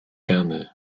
ganu